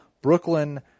Brooklyn